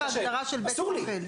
הוא לא רק להגדרה של בית אוכל.